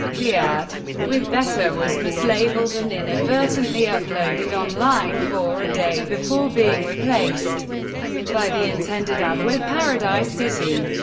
the ad with better was mislabeled and inadvertently uploaded online for a day before being replaced by the intended ad with paradise city.